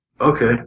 Okay